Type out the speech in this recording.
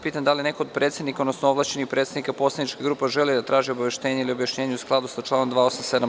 Pitam da li neko od predsednika, odnosno ovlašćenih predstavnika poslaničkih grupa želi da traži obaveštenje ili objašnjenje u skladu sa članom 287.